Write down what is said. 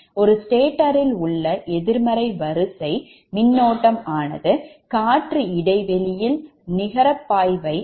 ஒரு stator இல் உள்ள எதிர்மறை வரிசை மின்னோட்டம் ஆனது காற்று இடை வெளியில் நிகரபாய்வுயை உருவாக்குகிறது